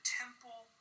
temple